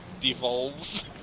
devolves